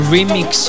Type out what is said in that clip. Remix